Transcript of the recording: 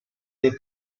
del